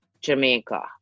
Jamaica